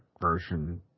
version